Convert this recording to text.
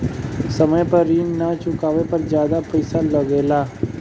समय पर ऋण ना चुकाने पर ज्यादा पईसा लगेला?